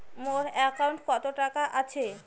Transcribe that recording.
মোর একাউন্টত কত টাকা আছে?